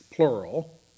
plural